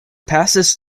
passes